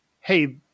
Hey